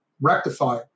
rectify